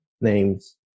names